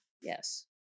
Yes